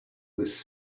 was